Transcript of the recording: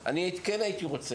אני כן הייתי רוצה,